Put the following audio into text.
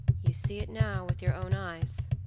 you see it now with your own eyes,